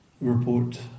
report